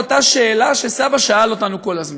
זה אותה שאלה שסבא שאל אותנו כל הזמן: